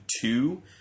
two